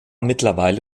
mittlerweile